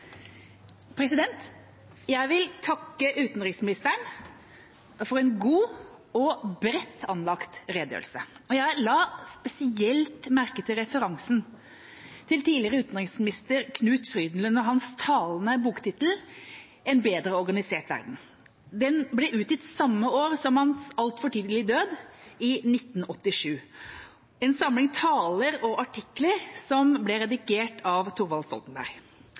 Jeg vil takke utenriksministeren for en god og bredt anlagt redegjørelse. Jeg la spesielt merke til referansen til tidligere utenriksminister Knut Frydenlund og hans talende boktittel: En bedre organisert verden. Den ble utgitt samme år som hans altfor tidlige død, i 1987, og det var en samling taler og artikler som ble redigert av Thorvald Stoltenberg.